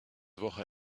woche